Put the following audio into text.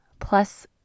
plus